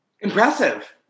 Impressive